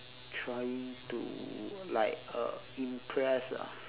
trying to like uh impress ah